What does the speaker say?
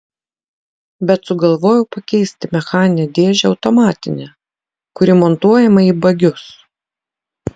bet sugalvojau pakeisti mechaninę dėžę automatine kuri montuojama į bagius